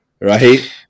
Right